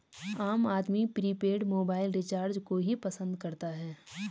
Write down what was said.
आम आदमी prepaid mobile recharge को ही पसंद करता है